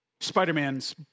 Spider-Man's